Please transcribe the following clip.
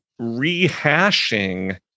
rehashing